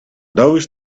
those